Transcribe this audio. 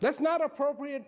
that's not appropriate